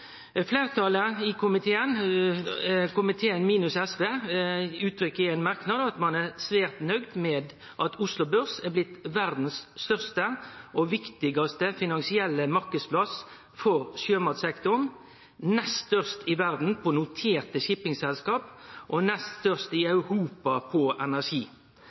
Fleirtalet i komiteen – komiteen minus SV – uttrykkjer i ein merknad at ein er svært nøgd med at Oslo Børs er blitt verdas største og viktigaste finansielle marknadsplass for sjømatsektoren, nest størst i verda på noterte shippingselskap og nest størst i Europa på energi.